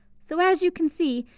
so as you can see,